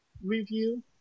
Review